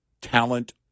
talent